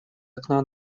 окна